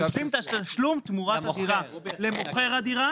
הוא השלים את התשלום תמורת הדירה למוכר הדירה.